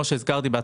כמו שהזכרתי בהתחלה,